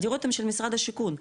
הדירות הן של משרד השיכון,